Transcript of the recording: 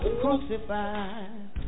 crucified